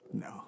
No